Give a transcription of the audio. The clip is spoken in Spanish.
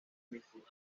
mismos